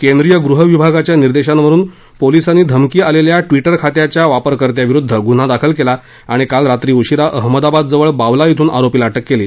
केंद्रीय गृह विभागाच्या निर्देशांवरुन पोलिसांनी धमकी आलेल्या ट्विटर खात्याच्या वापरकर्त्यांविरुद्ध गुन्हा दाखल केला आणि काल रात्री उशिरा अहमदाबाद जवळ बावला इथून आरोपीला अटक केली